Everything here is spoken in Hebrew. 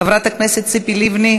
חברת הכנסת ציפי לבני,